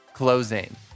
closing